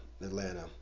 Atlanta